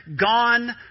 gone